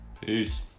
Peace